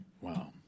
Wow